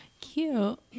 Cute